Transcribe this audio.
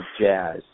jazz